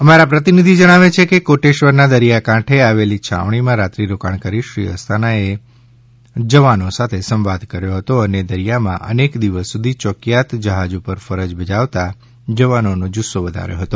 અમારા પ્રતિનિધિ જણાવે છે કે કોટેશ્વરના દરિયાકાંઠે આવેલી છાવણીમાં રાત્રી રોકાણ કરી શ્રી અસ્થાનાએ જવાનો સાથે સંવાદ કર્યો હતો અને દરિયામાં અનેક દિવસ સુધી યોકિયાત જહાજ ઉપર ફરજ બજાવતા જવાનોનો જુસ્સો વધાર્યો હતો